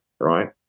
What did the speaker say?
right